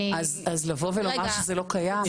אז לבוא ולומר שזה לא קיים.